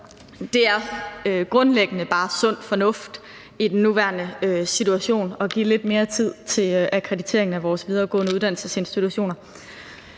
det er grundlæggende fornuftigt i den nuværende situation at give lidt mere tid til akkreditering af vores videregående uddannelsesinstitutioner.